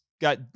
got